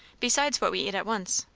besides what we eat at once.